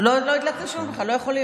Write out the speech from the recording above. לא יכול להיות.